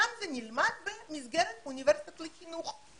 שם זה נלמד במסגרת אוניברסיטה לחינוך.